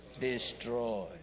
Destroy